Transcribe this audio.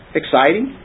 exciting